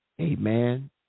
Amen